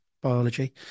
biology